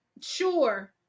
sure